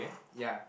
ya